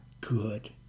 good